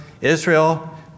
Israel